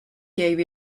gave